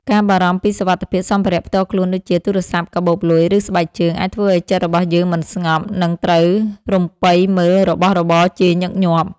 ការបារម្ភពីសុវត្ថិភាពសម្ភារៈផ្ទាល់ខ្លួនដូចជា ទូរស័ព្ទ កាបូបលុយ ឬស្បែកជើង អាចធ្វើឱ្យចិត្តរបស់យើងមិនស្ងប់ និងត្រូវរំពៃមើលរបស់របរជាញឹកញាប់។